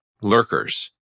lurkers